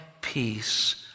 peace